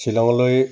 শ্বিলঙলৈ